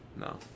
no